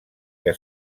que